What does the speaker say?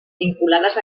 vinculades